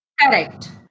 Correct